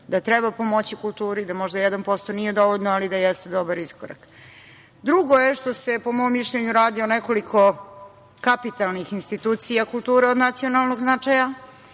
da treba pomoći kulturi, da možda 1% nije dovoljno, ali da jeste dobar iskorak. Drugo je što se, po mom mišljenju, radi o nekoliko kapitalnih institucija kulture od nacionalnog značaja